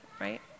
right